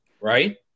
right